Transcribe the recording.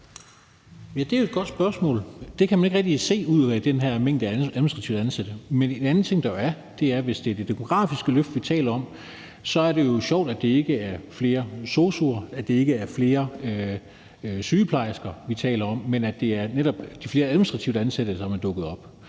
Ja, det er jo et godt spørgsmål. Det kan man ikke rigtig se ud af den her mængde administrative ansatte. Men en anden ting er, at hvis det er det demografiske løft, vi taler om, er det jo sjovt, at det ikke er flere sosu'er og ikke er flere sygeplejersker, vi taler om, men at det netop er flere administrative ansatte, der er dukket op.